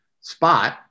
spot